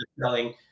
Selling